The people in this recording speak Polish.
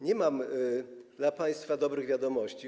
Nie mam dla państwa dobrych wiadomości.